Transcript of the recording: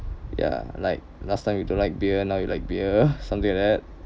ya like last time you don't like beer now you like beer something like that